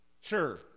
sure